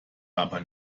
aber